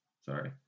Sorry